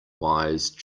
wise